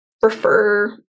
prefer